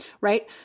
right